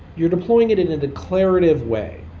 you're deploying it in a declarative way,